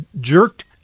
jerked